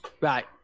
right